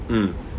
mm